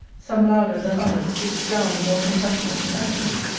some louder than others, which drowned the more compassionating accents.